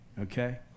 okay